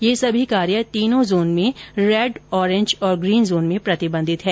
ये सभी कार्य तीनों जोन में रेड ओरेंज और ग्रीन जोन में प्रतिबंधित हैं